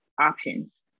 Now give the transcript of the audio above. options